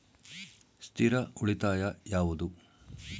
ಸ್ಥಿರ ಉಳಿತಾಯ ಯಾವುದು?